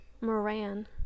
Moran